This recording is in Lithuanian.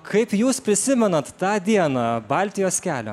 kaip jūs prisimenat tą dieną baltijos kelio